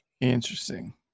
Interesting